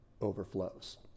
overflows